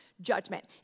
judgment